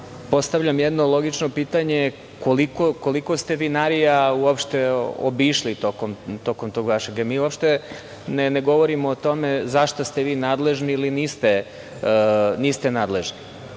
postavljam jedno logično pitanje - koliko ste vinarija uopšte obišli tokom tog vašeg plana? Mi uopšte ne govorimo o tome za šta ste vi nadležni ili niste nadležni.